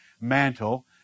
mantle